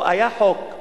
היה חוק,